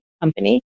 company